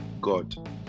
God